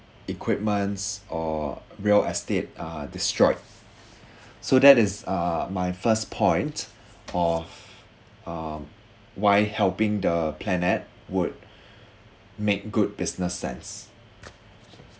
equipments or real estate uh destroyed so that is uh my first point of um why helping the planet would make good business sense